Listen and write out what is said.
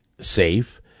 safe